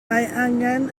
angan